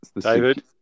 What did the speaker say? David